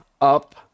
up